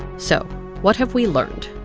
so what have we learned?